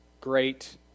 great